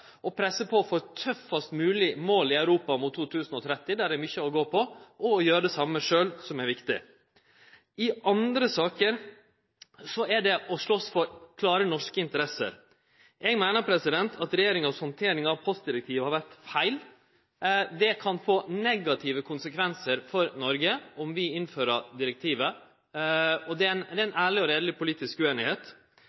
presse på for tøffast mogleg mål i Europa mot 2030 – der er det mykje å gå på – og gjere det same sjølv. I andre saker er det viktige å slåst for klare norske interesser. Eg meiner at regjeringa si handtering av postdirektivet har vore feil. Det kan få negative konsekvensar for Noreg om vi innfører direktivet, og det er ein ærleg og reieleg politisk ueinigheit. I